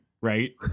right